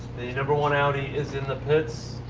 the number one audi is in the pits.